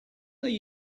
they